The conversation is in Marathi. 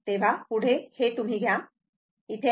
तर पुढे हे तुम्ही घ्या